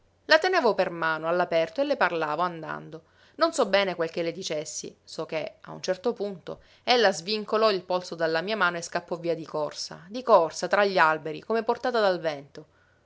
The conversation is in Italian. la tenevo per mano all'aperto e le parlavo andando non so bene quel che le dicessi so che a un certo punto ella svincolò il polso dalla mia mano e scappò via di corsa di corsa tra gli alberi come portata dal vento